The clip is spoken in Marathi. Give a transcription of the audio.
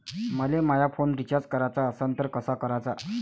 मले माया फोन रिचार्ज कराचा असन तर कसा कराचा?